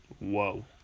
Whoa